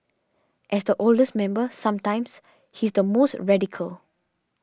as the oldest member sometimes he's the most radical